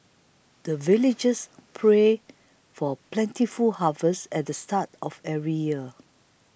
the villagers pray for plentiful harvest at the start of every year